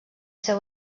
ser